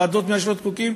ועדות מאשרות חוקים,